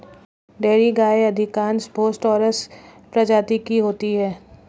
dairy गायें अधिकांश बोस टॉरस प्रजाति की होती हैं